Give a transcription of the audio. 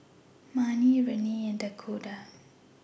Marnie Renea and Dakoda